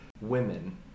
women